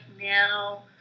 now